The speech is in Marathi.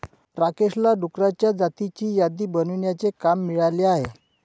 राकेशला डुकरांच्या जातींची यादी बनवण्याचे काम मिळाले आहे